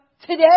today